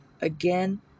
Again